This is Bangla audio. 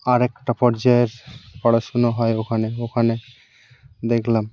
আর একটা পর্যায়ের পড়াশুনো হয় ওখানে ওখানে দেখলাম